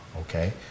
okay